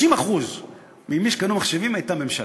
50% ממי שקנו מחשבים היו הממשלה.